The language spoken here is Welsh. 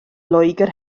loegr